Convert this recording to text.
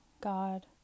God